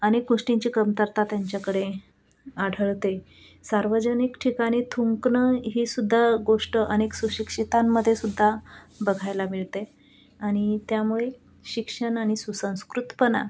अनेक गोष्टींची कमतरता त्यांच्याकडे आढळते सार्वजनिक ठिकाणी थुंकणं ही सुद्धा गोष्ट अनेक सुशिक्षितांमध्ये सुद्धा बघायला मिळते आणि त्यामुळे शिक्षण आणि सुसंस्कृतपणा